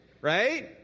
right